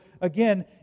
again